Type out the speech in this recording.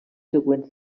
següents